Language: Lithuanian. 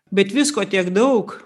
bet visko tiek daug